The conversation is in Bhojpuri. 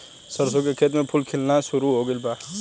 सरसों के खेत में फूल खिलना शुरू हो गइल बा